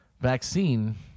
vaccine